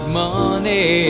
money